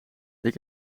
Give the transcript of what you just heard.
heb